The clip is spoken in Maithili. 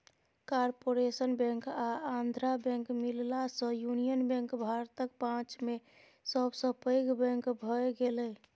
कारपोरेशन बैंक आ आंध्रा बैंक मिललासँ युनियन बैंक भारतक पाँचम सबसँ पैघ बैंक भए गेलै